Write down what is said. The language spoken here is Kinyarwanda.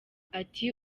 ati